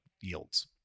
yields